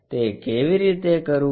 તે કેવી રીતે કરવું